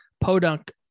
podunk